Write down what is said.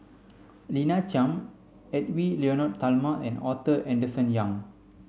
Lina Chiam Edwy Lyonet Talma and Arthur Henderson Young